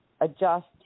adjust